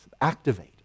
activate